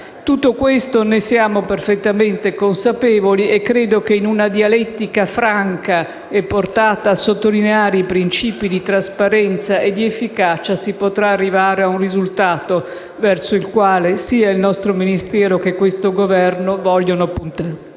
nuovo decreto. Siamo perfettamente consapevoli di tutto questo e credo che in una dialettica franca e portata a sottolineare i principi di trasparenza ed efficacia, si potrà arrivare ad un risultato verso il quale sia il nostro Ministero che questo Governo vogliono puntare.